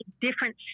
different